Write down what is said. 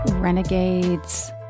Renegades